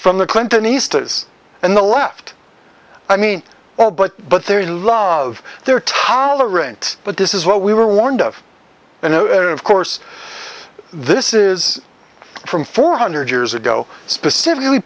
from the clinton easters and the left i mean all but but their love their tolerant but this is what we were warned of and of course this is from four hundred years ago specifically